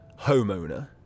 Homeowner